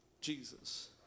Jesus